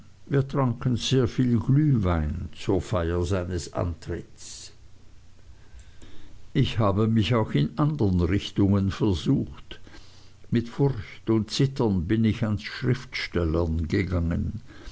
wir tranken sehr viel glühwein zur feier seines antritts ich habe mich auch in andern richtungen versucht mit furcht und zittern bin ich ans schriftstellern gegangen